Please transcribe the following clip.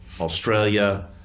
australia